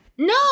No